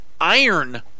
Iron